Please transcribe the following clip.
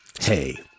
Hey